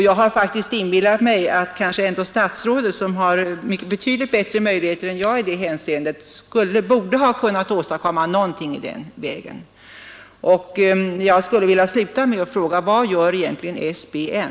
Jag har faktiskt inbillat mig att herr statsrådet, som har betydligt bättre möjligheter än jag, borde ha kunnat åstadkomma någonting i det hänseendet. Jag skulle vilja sluta med att fråga: Vad gör egentligen SBN?